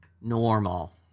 normal